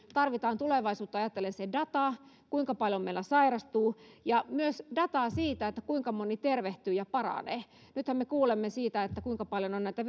tarvitaan tulevaisuutta ajatellen se data kuinka paljon meillä sairastuu ja myös dataa siitä kuinka moni tervehtyy ja paranee nythän me kuulemme siitä kuinka paljon on näitä